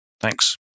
Thanks